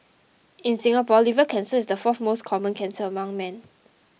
in Singapore liver cancer is the fourth most common cancer among men